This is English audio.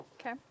Okay